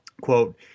quote